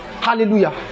Hallelujah